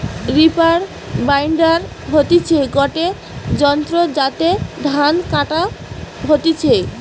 reaper binder হতিছে গটে যন্ত্র যাতে ধান কাটা হতিছে